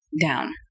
down